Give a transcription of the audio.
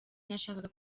nashakaga